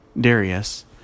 Darius